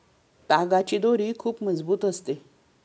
तागाची दोरी खूप मजबूत असते